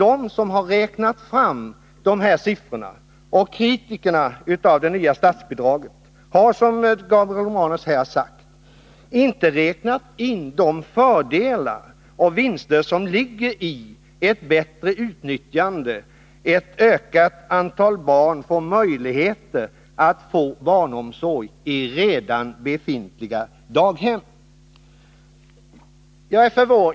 De som har räknat fram siffrorna och de som kritiserar det nya statsbidraget har, som Gabriel Romanus nämnde, inte räknat in de fördelar och vinster som ligger i ett bättre utnyttjande av redan befintliga daghem. Det betyder alltså ett utökat antal barn i barnomsorgen.